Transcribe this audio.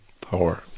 power